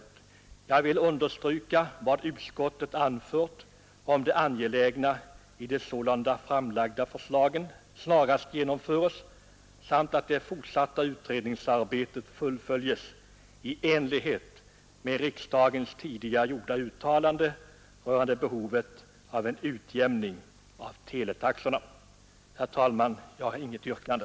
Jag vill understryka vad utskottet anfört om det angelägna i att de sålunda framlagda förslagen snarast genomförs samt att det fortsatta utredningsarbetet fullföljs i enlighet med riksdagens tidigare gjorda uttalande rörande behovet av en utjämning av teletaxorna. Herr talman! Jag har inget yrkande.